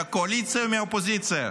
מהקואליציה ומהאופוזיציה,